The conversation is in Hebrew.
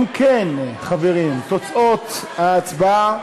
אם כן, חברים, תוצאות ההצבעה,